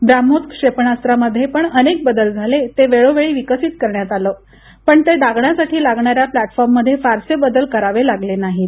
ब्राम्होस क्षेपणास्त्रामध्ये पण अनेक बदल झाले ते वेळोवेळी विकसित करण्यात आल पण ते डागण्यासाठी लागणाऱ्या प्लॅटफॉर्मध्ये फारसे बदल करावे लागले नाहीत